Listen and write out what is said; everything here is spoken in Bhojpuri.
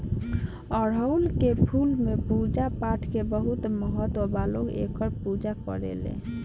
अढ़ऊल के फूल के पूजा पाठपाठ में बहुत महत्व बा लोग एकर पूजा करेलेन